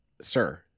sir